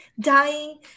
dying